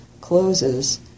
closes